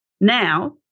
Now